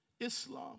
Islam